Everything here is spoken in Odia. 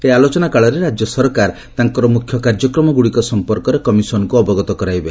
ଏହି ଆଲୋଚନାକାଳରେ ରାଜ୍ୟ ସରକାର ତାଙ୍କର ମୁଖ୍ୟ କାର୍ଯ୍ୟକ୍ରମ ଗୁଡିକ ସମ୍ପର୍କରେ କମିଶନଙ୍କୁ ଅବଗତ କରାଇବେ